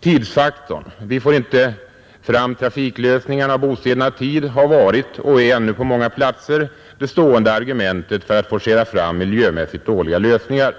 Tidsfaktorn, dvs. påståendet att man inte får fram trafiklösningarna och bostäderna i tid, har varit och är ännu på många platser det stående argumentet för att forcera fram miljömässigt dåliga lösningar.